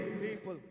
People